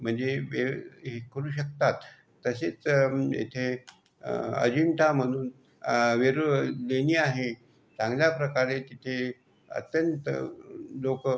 म्हणजे भेट हे करू शकतात तसेच येथे अजिंठामधून वेरूळ लेणी आहे चांगल्या प्रकारे तिथे अत्यंत लोकं